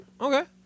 Okay